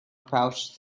pouch